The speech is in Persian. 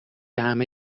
همه